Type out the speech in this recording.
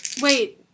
Wait